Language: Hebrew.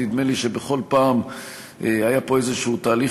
נדמה לי שבכל פעם היה פה תהליך